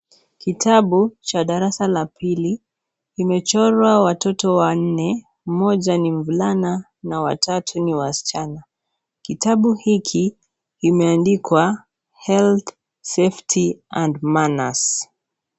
Kitabu, cha darasa la pili, kimechorwa watoto wanne, mmoja ni mvlana, na watatu ni waschana, kitabu hiki, kimeandikwa, health, safety, and manners.